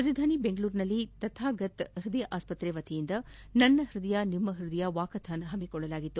ರಾಜಧಾನಿ ಬೆಂಗಳೂರಿನಲ್ಲಿ ತಥಾಗತ್ ಹೃದಯ ಆಸ್ವತ್ರೆ ವೆತಿಯಿಂದ ನನ್ನ ಹೃದಯ ನಿಮ್ಮ ಹೃದಯ ವಾಕಥಾನ್ ಹಮ್ಮಿಕೊಳ್ಳಲಾಗಿತ್ತು